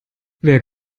wer